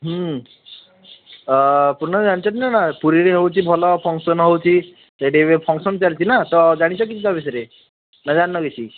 ହୁଁ ପୂର୍ଣ୍ଣଭାଇ ଜାଣିଛନ୍ତି ନା ପୁରୀରେ ହେଉଛି ଭଲ ଫଙ୍କସନ୍ ହେଉଛି ସେଇଠି ଏବେ ଫଙ୍କସନ୍ ଚାଲିଛି ନା ଜାଣଛ କି ତା' ବିଷୟରେ ନା ଜାଣିନ କିଛି